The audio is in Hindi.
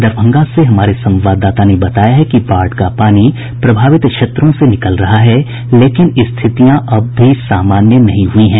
दरभंगा से हमारे संवाददाता ने बताया है कि बाढ़ का पानी प्रभावित क्षेत्रों से निकल रहा है लेकिन स्थितियां अब भी सामान्य नहीं हुई हैं